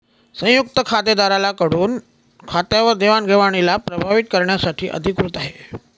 संयुक्त खातेदारा कडून खात्यावर देवाणघेवणीला प्रभावीत करण्यासाठी अधिकृत आहे